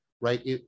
right